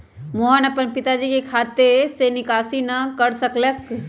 मोहन अपन पिताजी के खाते से निकासी न कर सक लय